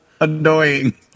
annoying